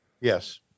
Yes